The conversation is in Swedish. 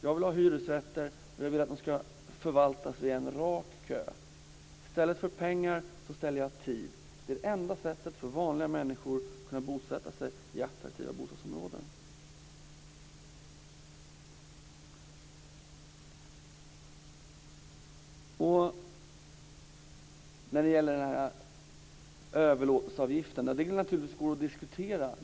Jag vill ha hyresrätter, och jag vill att de skall förvaltas via en rak kö. I stället för pengar sätter jag tid. Det är enda sättet för vanliga människor att kunna bosätta sig i attraktiva bostadsområden. Sedan var det frågan om överlåtelseavgiften. Frågan kan diskuteras.